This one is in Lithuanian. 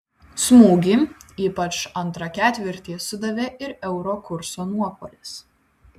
smūgį ypač antrą ketvirtį sudavė ir euro kurso nuopuolis